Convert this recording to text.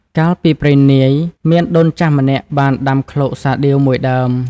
កាលពីព្រេងនាយ មានដូនចាស់ម្នាក់បានដាំឃ្លោកសាដៀវមួយដើម។